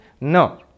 No